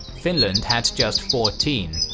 finland had just fourteen,